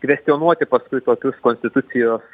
kvestionuoti paskui tokius konstitucijos